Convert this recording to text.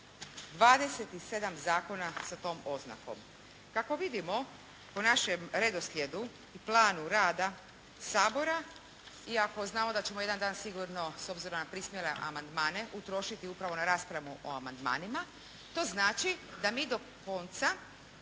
27 zakona sa tom oznakom. Kako vidimo po našem redoslijedu i planu rada Sabora iako znamo da ćemo jedan dan sigurno s obzirom na prispjele amandmane utrošiti upravo na raspravu o amandmanima to znači da mi do konca